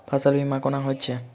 फसल बीमा कोना होइत छै?